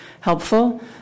helpful